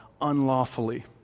unlawfully